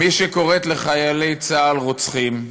מי שקוראת לחיילי צה"ל רוצחים,